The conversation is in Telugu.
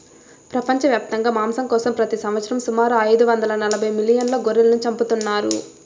ప్రపంచవ్యాప్తంగా మాంసం కోసం ప్రతి సంవత్సరం సుమారు ఐదు వందల నలబై మిలియన్ల గొర్రెలను చంపుతున్నారు